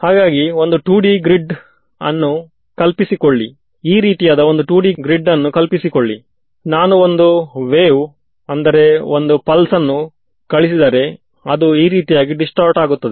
ಆಗ ಅದು ತ್ರಿಭುಜಗಳನ್ನು ಯಾವ ರೀತಿ ಅಲೈನ್ ಮಾಡುತ್ತದೆ ಎಂದರೆ ಒಂದು ನಯವಾದ ಸೆಟ್ ಆಫ್ ಎಡ್ಜ್ಸ್ ದೊರೆಯುತ್ತದೆ